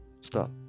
Stop